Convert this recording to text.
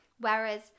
Whereas